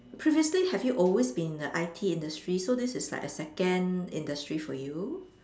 previously have you always been in the I_T industry so this is like a second industry for you